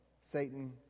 Satan